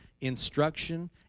instruction